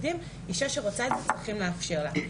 אישה שרוצה את זה צריך לאפשר לה.